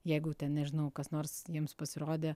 jeigu ten nežinau kas nors jiems pasirodė